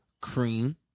cream